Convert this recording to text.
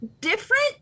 different